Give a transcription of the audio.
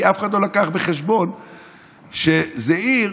כי אף אחד לא לקח בחשבון שזו עיר